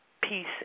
peace